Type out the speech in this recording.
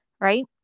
right